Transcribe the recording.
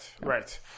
right